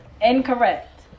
Incorrect